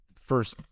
first